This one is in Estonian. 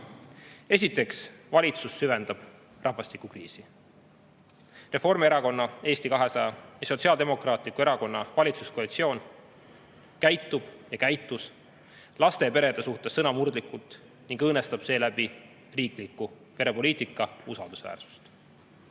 Esiteks, valitsus süvendab rahvastikukriisi. Reformierakonna, Eesti 200 ja Sotsiaaldemokraatliku Erakonna valitsuskoalitsioon käitus ja käitub laste ja perede suhtes sõna murdes ning õõnestab seeläbi riikliku perepoliitika usaldusväärsust.